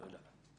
תודה.